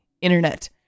internet